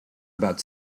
about